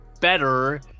better